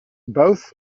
both